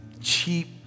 cheap